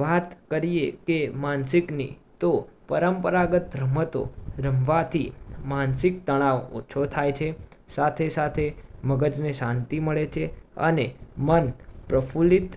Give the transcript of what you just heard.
વાત કરીએ કે માનસિકની તો પરંપરાગત રમતો રમવાથી માનસિક તણાવ ઓછો થાય છે સાથે સાથે મગજને શાંતિ મળે છે અને મન પ્રફૂલ્લિત